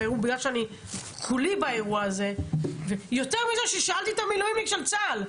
יותר מזה ששאלתי את המילואימניק של צה"ל,